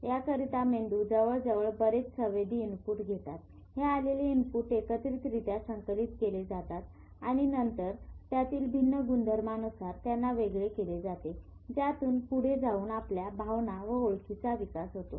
याकरिता मेंदू जवळजवळ बरेच संवेदी इनपुट घेतात हे आलेले इनपुट एकत्रित रित्या संकलित केले जातात आणि नंतर त्यातील भिन्न गुणधर्म नुसार त्यांना वेगळे केले जाते ज्यातून पुढे जाऊन आपल्या भावना व ओळखीचा विकास होतो